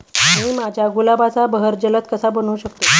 मी माझ्या गुलाबाचा बहर जलद कसा बनवू शकतो?